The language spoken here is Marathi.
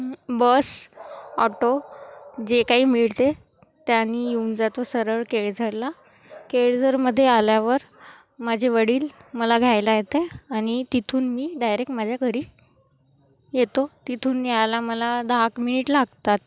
बस ऑटो जे काही मिळते त्याने येऊन जातो सरळ केळझरला केळझरमध्ये आल्यावर माझे वडील मला घ्यायला येते आणि तिथून मी डायरेक माझ्या घरी येतो तिथून यायला मला दहाएक मिनिट लागतात